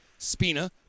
Spina